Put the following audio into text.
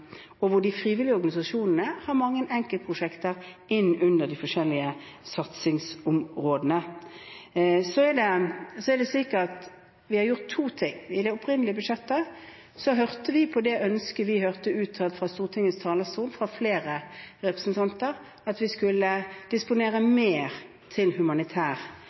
og hvor de frivillige organisasjonene har mange enkeltprosjekter innen de forskjellige satsingsområdene. Så er det sikkert: Vi har gjort to ting. I det opprinnelige budsjettet hørte vi på det ønsket vi hørte uttalt fra Stortingets talerstol fra flere representanter, at vi skulle disponere mer til humanitær